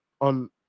on